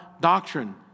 doctrine